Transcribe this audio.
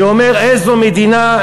שאומר: "איזו מדינה,